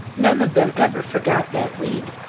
none of them ever forgot that week.